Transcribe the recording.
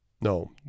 No